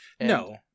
No